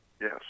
Yes